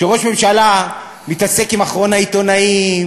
שראש ממשלה מתעסק עם אחרון העיתונאים